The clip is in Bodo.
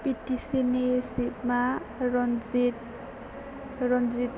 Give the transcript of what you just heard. बि टि सि नि सिपमा रनजिद